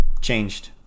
changed